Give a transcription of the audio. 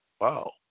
wow